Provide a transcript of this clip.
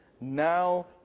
now